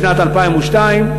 בשנת 2002,